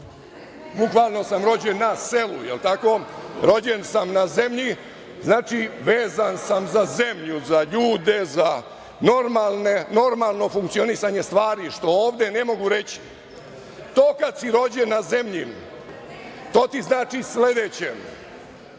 Bukvalno sam rođen na selu. Rođen sam na zemlji, znači vezan sam za zemlju, za ljude, za normalno funkcionisanje stvari, što ovde ne mogu reći. To kada si rođen na zemlji znači sledeće,